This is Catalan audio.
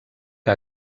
que